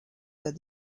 said